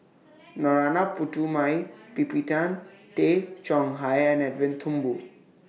Narana Putumaippittan Tay Chong Hai and Edwin Thumboo